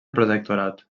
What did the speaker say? protectorat